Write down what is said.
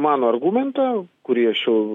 mano argumentą kurį aš jau